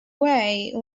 way